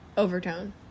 overtone